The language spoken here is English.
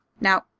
Now